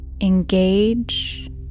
engage